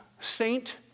Saint